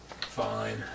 Fine